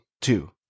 Two